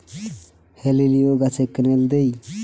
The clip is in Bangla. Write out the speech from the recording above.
হেলিলিও গাছে ক্যানেল দেয়?